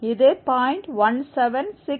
இது 0